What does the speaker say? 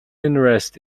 interest